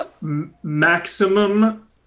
maximum